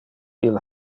ille